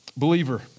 believer